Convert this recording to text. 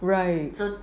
right